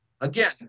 again